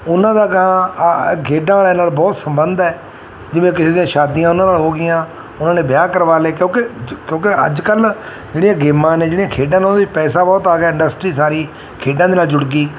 ਉਹਨਾਂ ਦਾ ਅਗਾਂਹ ਖੇਡਾਂ ਵਾਲਿਆਂ ਨਾਲ ਬਹੁਤ ਸੰਬੰਧ ਹੈ ਜਿਵੇਂ ਕਿਸੇ ਦੀਆਂ ਸ਼ਾਦੀਆਂ ਉਹਨਾਂ ਨਾਲ ਹੋ ਗਈਆਂ ਉਹਨਾਂ ਨੇ ਵਿਆਹ ਕਰਵਾ ਲਏ ਕਿਉਂਕਿ ਜ ਕਿਉਂਕਿ ਅੱਜ ਕੱਲ੍ਹ ਜਿਹੜੀਆਂ ਗੇਮਾਂ ਨੇ ਜਿਹੜੀਆਂ ਖੇਡਾਂ ਨੇ ਉਹਦੇ 'ਚ ਪੈਸਾ ਬਹੁਤ ਆ ਗਿਆ ਇੰਡਸਟਰੀ ਸਾਰੀ ਖੇਡਾਂ ਦੇ ਨਾਲ ਜੁੜ ਗਈ